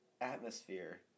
atmosphere